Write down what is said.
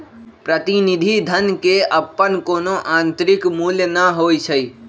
प्रतिनिधि धन के अप्पन कोनो आंतरिक मूल्य न होई छई